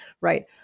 Right